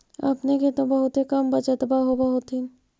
अपने के तो बहुते कम बचतबा होब होथिं?